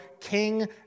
King